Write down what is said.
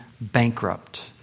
bankrupt